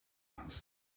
hast